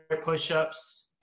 push-ups